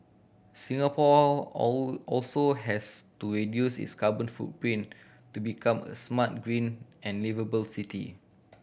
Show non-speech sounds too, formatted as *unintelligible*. Singapore *unintelligible* also has to reduce its carbon footprint to become a smart green and liveable city